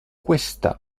questa